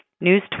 News